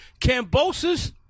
Cambosos